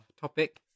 topic